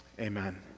Amen